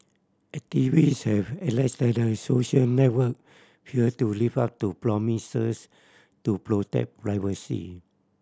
activist have alleged that the social network failed to live up to promises to protect privacy